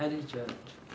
hardijudge